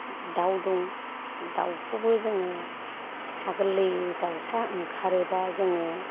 दाउ दं दाउखौबो जोङो फिसा गोरलै दाउसा ओंखारोब्ला जोङो